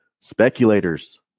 Speculators